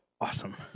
awesome